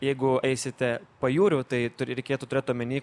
jeigu eisite pajūriu tai turi reikėtų turėt omeny